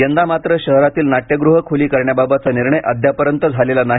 यंदा मात्र शहरातील नाट्यगृह खुली करण्याबाबतचा निर्णय अद्यापपर्यंत झालेला नाही